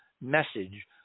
message